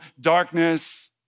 darkness